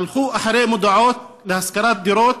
והלכו לפי מודעות להשכרת דירות,